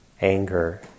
anger